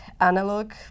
analog